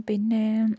പിന്നേ